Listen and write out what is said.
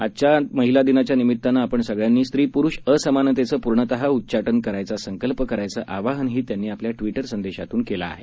आजच्या महिला दिनाच्या निमीत्तानं आपण सगळ्यांनी स्त्री पुरुष असमानतेचं पूर्णतः उच्चाटन करायचा संकल्प करायचं आवाहनही त्यांनी आपल्या ट़विटर संदेशातून केलं आहे